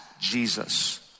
Jesus